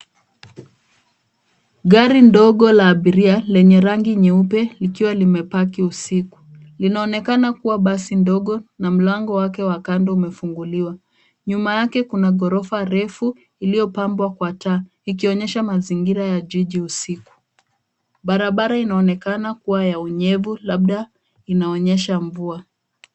Gari ndogo la abiria lenye rangi nyeupe likiwa limepaki usiku. Linaonekana kuwa basi ndogo na mlango wake wa kando umefunguliwa. Nyuma yake kuna ghorofa refu iliyopambwa kwa taa ikionyesha mazingira ya jiji usiku. Barabara inaonekana kuwa ya unyevu labda inaonyesha mvua.